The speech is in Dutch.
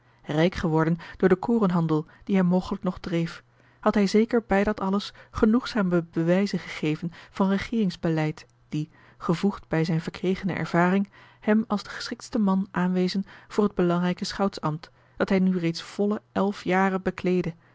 rijk geworden door den korenhandel dien hij mogelijk nog dreef had hij zeker bij dat alles genoegzame bewijzen gegeven van regeeringsbeleid die gevoegd bij zijne verkregene ervaring hem als den geschiktsten man aanwezen voor het belangrijke schoutsambt dat hij nu reeds volle elf jaren bekleedde